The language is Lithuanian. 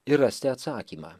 ir rasti atsakymą